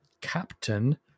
captain